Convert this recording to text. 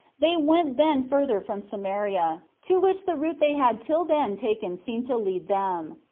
they went then further from samaria, to which the route they had till then taken seemed to lead them.